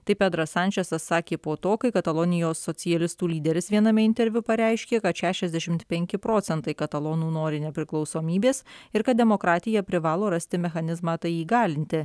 taip pedras sančesas sakė po to kai katalonijos socialistų lyderis viename interviu pareiškė kad šešiasdešimt penki procentai katalonų nori nepriklausomybės ir kad demokratija privalo rasti mechanizmą tai įgalinti